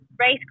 race